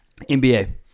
NBA